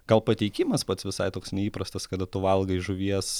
gal pateikimas pats visai toks neįprastas kada tu valgai žuvies